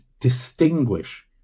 distinguish